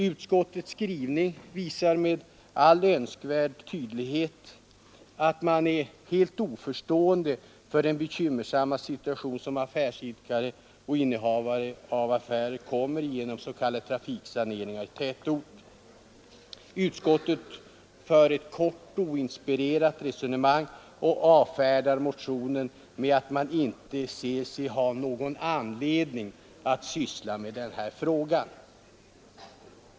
Utskottets skrivning visar med all önskvärd tydlighet att man är helt oförstående för den bekymmersamma situation som affärsidkare och innehavare av affärer kommer i genom s.k. trafiksanering i tätort. Utskottet för ett kort och oinspirerat resonemang och avfärdar motionen med att man inte ser sig ha någon anledning att syssla med den här frågan.